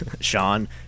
sean